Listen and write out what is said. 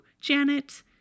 Janet